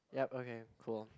yup okay cool